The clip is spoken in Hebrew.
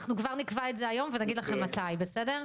אנחנו כבר נקבע את זה היום ונגיד לכם מתי, בסדר?